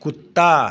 कुत्ता